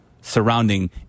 surrounding